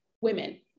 women